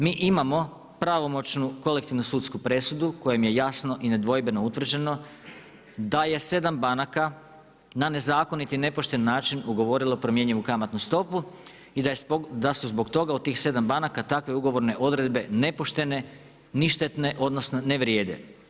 Mi imamo pravomoćnu kolektivnu sudsku presudu, kojim je jasno i nedvojbeno utvrđeno da je 7 banaka, na nezakoniti i nepošten način ugovorila promjenjivu kamatnu stopu i da su zbog toga u tih 7 banaka takve ugovorne odredbe nepoštene, ništene, odnosno ne vrijede.